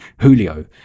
Julio